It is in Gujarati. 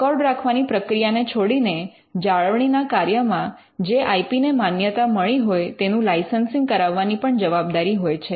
રેકોર્ડ રાખવાની પ્રક્રિયાને છોડીને જાળવણીના કાર્યમાં જે આઇ પી ને માન્યતા મળી હોય તેનું લાઇસન્સિંગ કરાવવાની પણ જવાબદારી હોય છે